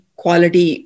quality